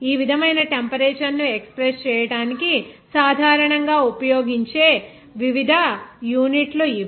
ఈ విధమైన టెంపరేచర్ ను ఎక్స్ప్రెస్ చేయడానికి సాధారణంగా ఉపయోగించే వివిధ యూనిట్లు ఇవి